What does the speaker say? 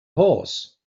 horse